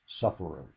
sufferers